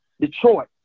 Detroit